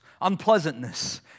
unpleasantness